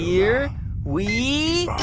here we.